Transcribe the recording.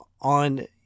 on